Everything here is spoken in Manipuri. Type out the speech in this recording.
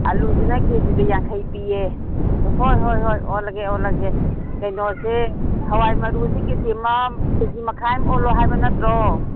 ꯑꯜꯂꯨꯁꯤꯅ ꯀꯦꯖꯤꯗ ꯌꯥꯡꯈꯩ ꯄꯤꯌꯦ ꯍꯣꯏ ꯍꯣꯏ ꯍꯣꯏ ꯑꯣꯜꯂꯒꯦ ꯑꯣꯜꯂꯒꯦ ꯀꯩꯅꯣꯁꯦ ꯍꯋꯥꯏ ꯃꯔꯨꯁꯦ ꯀꯦꯖꯤ ꯑꯃ ꯀꯦꯖꯤ ꯃꯈꯥꯏ ꯑꯃ ꯑꯣꯜꯂꯣ ꯍꯥꯏꯕ ꯅꯠꯇ꯭ꯔꯣ